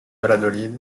valladolid